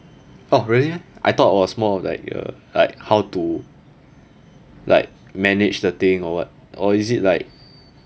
orh really meh I thought it was more of like uh like how to like manage the thing or [what] or is it like